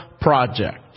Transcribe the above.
project